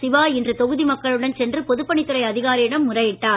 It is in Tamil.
சிவா இன்று தொகுதி மக்களுடன் சென்று பொதுப்பணித் துறை அதிகாரிடம் முறையிட்டார்